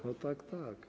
No tak, tak.